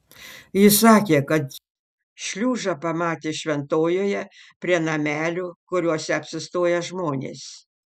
ji sakė kad šliužą pamatė šventojoje prie namelių kuriuose apsistoja žmonės